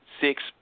six